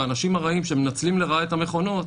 האנשים הרעים שמנצלים לרעה את המכונות,